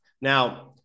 Now